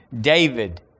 David